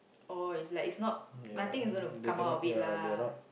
is like is not nothing is going to come out of it lah